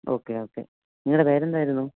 okay okay നിങ്ങളുടെ പേരെന്തായിരുന്നു